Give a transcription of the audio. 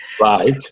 Right